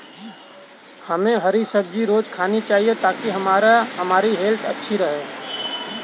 हमे हरी सब्जी रोज़ खानी चाहिए ताकि हमारी हेल्थ अच्छी रहे